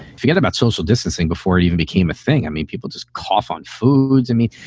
forget about social distancing before it even became a thing. i mean, people just cough on foods and meat.